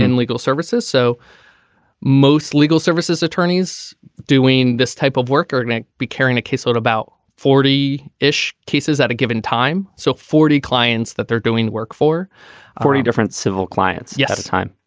and legal services. so most legal services attorneys doing this type of work or may be carrying a caseload about forty ish cases at a given time. so forty clients that they're doing work for forty different civil clients yeah at the time.